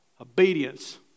Obedience